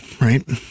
right